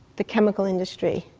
the chemical industry.